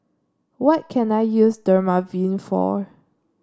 what can I use Dermaveen for